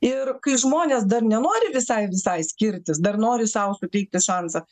ir kai žmonės dar nenori visai visai skirtis dar nori sau suteikti šansą